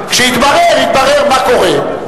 כשיתברר, יתברר מה קורה.